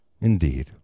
Indeed